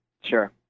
Sure